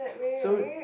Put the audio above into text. so